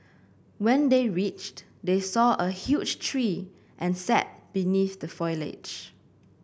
when they reached they saw a huge tree and sat beneath the foliage